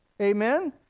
Amen